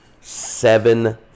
Seven